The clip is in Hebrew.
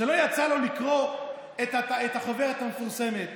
ושהתקשורת דוממת.